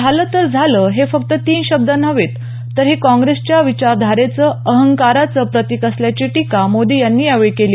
झालं तर झालं हे फक्त तीन शब्द नव्हेत तर हे काँग्रेसच्या विचारधारेचं अहंकाराचं प्रतीक असल्याची टीका मोदी यांनी यावेळी केली